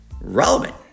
relevant